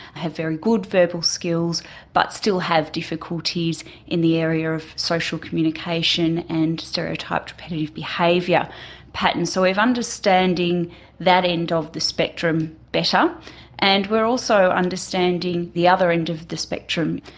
have very good verbal skills but still have difficulties in the areas of social communication and stereotyped, repetitive behaviour patterns. so we're understanding that end of the spectrum better and we're also understanding the other end of the spectrum,